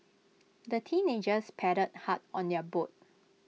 the teenagers paddled hard on their boat